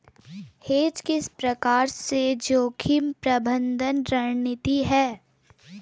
Hedge किस प्रकार से जोखिम प्रबंधन रणनीति है?